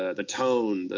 ah the tone,